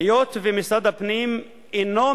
בבקשה, אדוני.